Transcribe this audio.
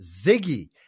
Ziggy